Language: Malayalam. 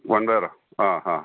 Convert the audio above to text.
വൻപയറോ ആ ഹാ